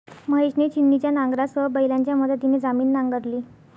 महेशने छिन्नीच्या नांगरासह बैलांच्या मदतीने जमीन नांगरली